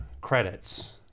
credits